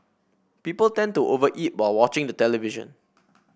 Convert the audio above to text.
people tend to over eat while watching the television